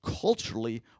culturally